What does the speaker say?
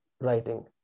writing